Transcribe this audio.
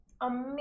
amazing